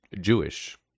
Jewish